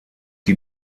die